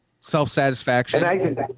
Self-satisfaction